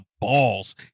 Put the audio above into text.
balls